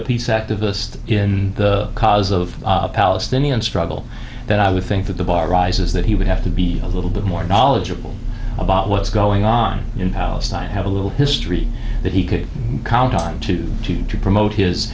a peace activist in the cause of palestinian struggle that i would think that the bar rises that he would have to be a little bit more knowledgeable about what's going on in palestine and have a little history that he could count on to promote his